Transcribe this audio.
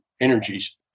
energies